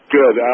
Good